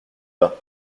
pas